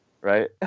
right